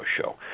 show